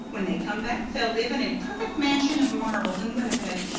when they come back they'll live in a perfect mansion of marble in winnipeg.